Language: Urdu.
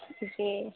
جی